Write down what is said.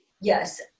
yes